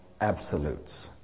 absolutes